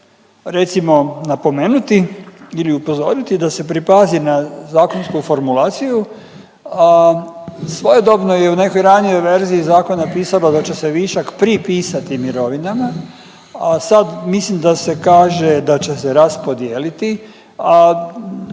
recimo napomenuti ili upozoriti da se pripazi na zakonsku formulaciju. Svojedobno je u nekoj ranijoj verziji zakona pisalo da će se višak pripisati mirovinama, a sad mislim da se kaže da će raspodijeliti.